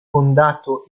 fondato